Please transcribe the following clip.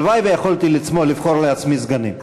הלוואי שהייתי יכול לבחור לעצמי סגנים.